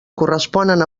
corresponen